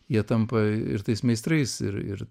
jie tampa ir tais meistrais ir ir